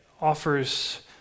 offers